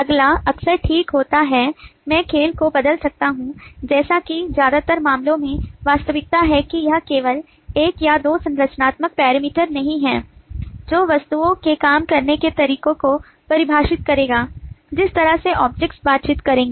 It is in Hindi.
अगला अक्सर ठीक होता है मैं खेल को बदल सकता हूं जैसा कि ज्यादातर मामलों में वास्तविकता है कि यह केवल एक या दो संरचनात्मक पैरामीटर नहीं है जो वस्तुओं के काम करने के तरीके को परिभाषित करेगा जिस तरह से ऑब्जेक्ट्स बातचीत करेंगे